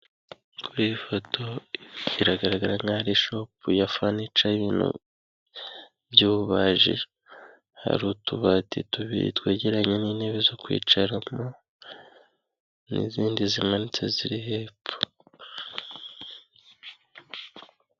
Kuri iyi foto biragaragara nkaho ari ishopu ya fanica y'ibintu by'ububaji, hari utubati tubiri twegeranye n'intebe zo kwicaramo n'izindi zimanitse ziri hepfo.